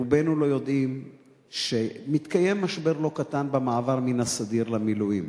רובנו לא יודעים שמתקיים משבר לא קטן במעבר מן הסדיר למילואים.